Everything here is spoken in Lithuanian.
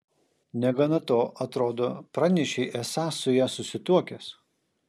negana to atrodo pranešei esąs su ja susituokęs